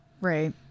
right